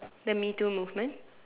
the MeToo movement